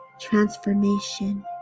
transformation